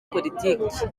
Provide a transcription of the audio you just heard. politiki